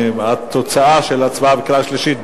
התוצאה של ההצבעה בקריאה שלישית,